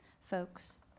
folks